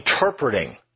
interpreting